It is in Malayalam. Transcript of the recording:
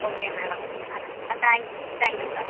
ഓക്കേ മാഡം അല്ല താങ്ക്യൂ താങ്ക്യൂ സർ